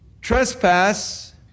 Trespass